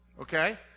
Okay